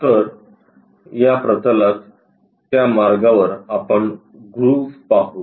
तर या प्रतलात त्या मार्गावर आपण ग्रूव्ह पाहू